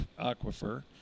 aquifer